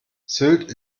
sylt